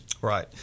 Right